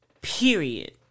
period